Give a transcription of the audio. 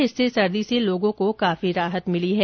इससे सर्दी से लोगों को काफी राहत मिली है